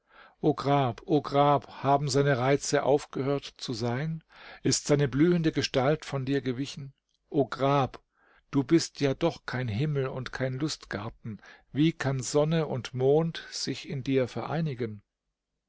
grab o grab haben seine reize aufgehört zu sein ist seine blühende gestalt von dir gewichen o grab du bist ja doch kein himmel und kein lustgarten wie kann sonne und mond sich in dir vereinigen